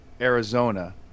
Arizona